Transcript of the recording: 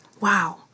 Wow